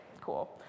cool